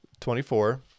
24